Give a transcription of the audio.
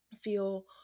feel